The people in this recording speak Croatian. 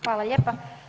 Hvala lijepa.